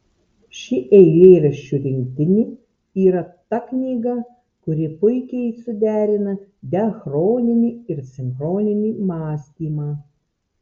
ši eilėraščių rinktinė yra ta knyga kuri puikiai suderina diachroninį ir sinchroninį mąstymą